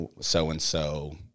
so-and-so